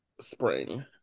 spring